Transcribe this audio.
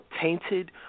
tainted